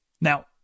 Now